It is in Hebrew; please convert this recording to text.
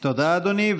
תודה, אדוני.